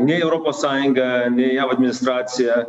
nei europos sąjunga nei jav administracija